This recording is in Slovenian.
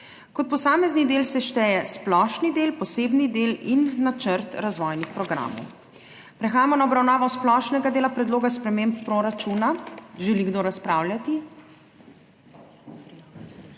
Kot posamezni del se šteje splošni del, posebni del in načrt razvojnih programov. Prehajamo na obravnavo splošnega dela predloga sprememb proračuna. Želi kdo razpravljati?